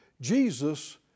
Jesus